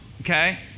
okay